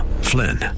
Flynn